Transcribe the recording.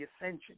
ascension